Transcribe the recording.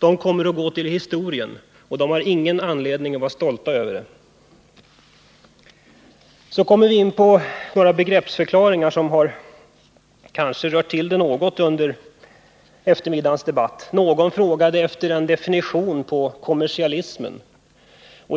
flyttning kommer att gå till historien. Men det har de ingen anledning att vara stolta över. Jag kommer nu in på förklaringar av några begrepp som kanske har rört till det under eftermiddagens debatt. Någon frågade efter en definition på kommersialismen.